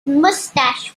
mustache